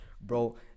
bro